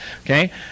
Okay